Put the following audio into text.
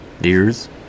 Deers